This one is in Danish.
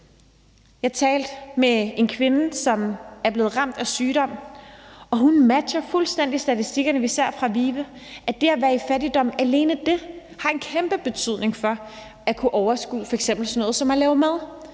Jeg talte med en kvinde, som er blevet ramt af sygdom, og hun matcher fuldstændig statistikkerne, vi ser fra VIVE. Alene det at være i fattigdom har en kæmpe betydning for at kunne overskue f.eks. sådan noget som at lave mad.